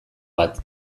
bat